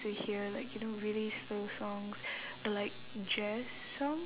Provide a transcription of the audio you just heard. to hear like you know really slow songs like jazz song